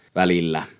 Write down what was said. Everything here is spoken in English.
välillä